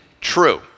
true